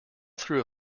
through